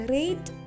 Rate